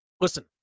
listen